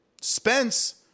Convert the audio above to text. Spence